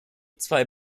zwei